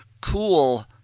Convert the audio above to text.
cool